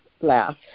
laugh